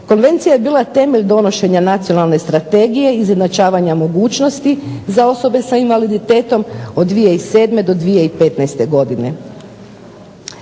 Konvencija je bila temelj donošenja Nacionalne strategije izjednačavanja mogućnosti za osobe sa invaliditetom od 2007. do 2015. godine.